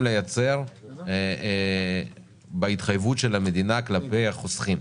לייצר בהתחייבות של המדינה כלפי החוסכים,